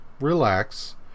relax